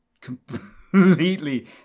completely